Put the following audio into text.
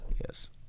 yes